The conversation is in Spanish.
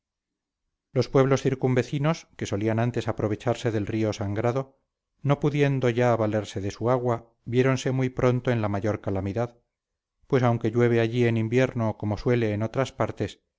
los pueblos circunvecinos que solían antes aprovecharse del río sangrado no pudiendo ya valerse de su agua viéronse muy pronto en la mayor calamidad pues aunque llueve allí en invierno como suele en otras partes